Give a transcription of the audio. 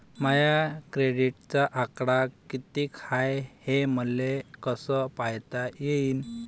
माया क्रेडिटचा आकडा कितीक हाय हे मले कस पायता येईन?